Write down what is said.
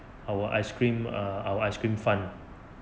our ice cream err our ice cream fund